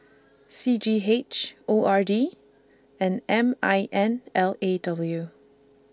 C G H O R D and M I N L A W